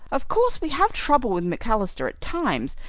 of course we have trouble with mcalister at times,